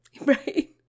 Right